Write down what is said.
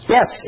Yes